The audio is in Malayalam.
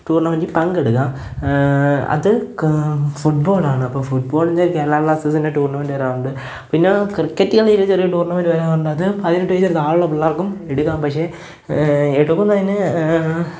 റ്റൂര്ണമെന്റില് പങ്കെടുക്കാം അത് കാ ഫുട്ബോളാണ് അപ്പോൾ ഫുട്ബോളിന്റെ കേരളാബ്ലാസ്റ്റേസിന്റെ റ്റൂര്ണമെന്റ് വരാറുണ്ട് പിന്നെ ക്രിക്കറ്റ് ചെയ്യാന് തീരേ ചെറിയ ടൂര്ണമെന്റ് വരാനുള്ളത് പതിനെട്ട് വയസ്സിനു താഴെയുള്ള പിള്ളേര്ക്കും എടുക്കാം പക്ഷേ ഏറ്റവും കൂടുതലതിന്